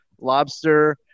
lobster